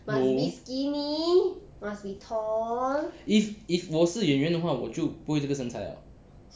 no if if 我是演员的话我就不会这个身材了